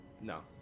No